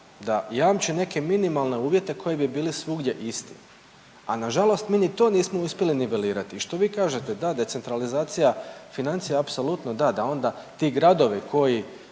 da jamči neke minimalne uvjete koji bi bili svugdje isti? A na žalost mi ni to nismo uspjeli nivelirati. Što vi kažete da decentralizacija financija apsolutno da. Onda ti gradovi koji